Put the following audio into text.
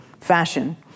fashion